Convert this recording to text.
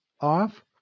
off